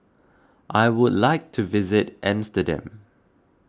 I would like to visit Amsterdam